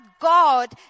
God